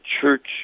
Church